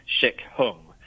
Shik-Hung